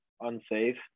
unsafe